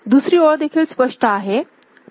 दुसरी ओळ देखील स्पष्ट आहे